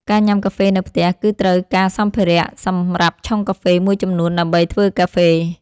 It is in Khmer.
ការញ៉ាំកាហ្វេនៅផ្ទះ គឺត្រូវការសម្ភារៈសម្រាប់ឆុងកាហ្វេមួយចំនួនដើម្បីធ្វើកាហ្វេ។